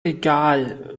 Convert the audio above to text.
egal